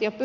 jo puhuttu